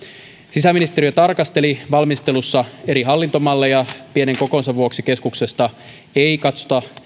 sisäministeriö tarkasteli valmistelussa eri hallintomalleja pienen kokonsa vuoksi keskuksesta ei katsota